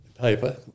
paper